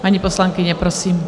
Paní poslankyně, prosím.